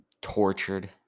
tortured